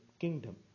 kingdom